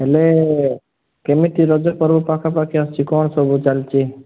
ହେଲେ କେମିତି ରଜପର୍ବ ପାଖାପାଖି ଆସୁଛି କଣ ସବୁ ଚାଲିଛି